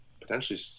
potentially